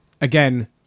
again